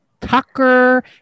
Tucker